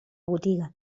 botiga